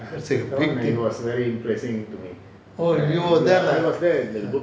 big team oh you were there